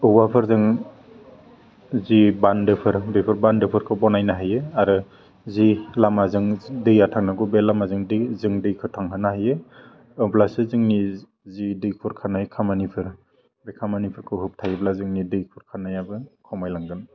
औवाफोरजों जे बान्दोफोर बेफोर बान्दोफोरखौ बानायनो हायो आरो जे लामाजों दैया थांनांगौ बे लामाजों दै जों दैखौ थांहोनो हायो अब्लासो जोंनि जि दै खुरखानाय खामानिफोर बे खामानिरखौ होबथायोब्ला जोंनि दै खुरखानायाबो खमायलांगोन